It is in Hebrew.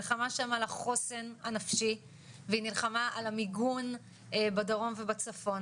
היא נלחמה על החוסן הנפשי והיא נלחמה על המיגון בדרום ובצפון